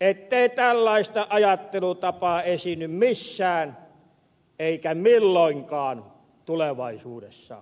ettei tällaista ajattelutapaa esiinny missään eikä milloinkaan tulevaisuudessa